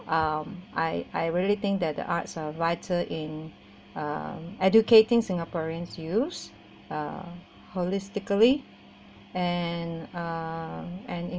um I I really think that the arts are vital in uh educating singaporeans use uh holistically and uh and